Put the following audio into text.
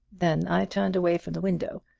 then i turned away from the window.